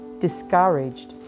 discouraged